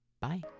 Bye